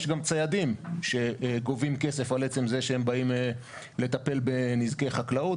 יש גם ציידים שגובים כסף על עצם זה שהם באים לטפל בנזקי חקלאות,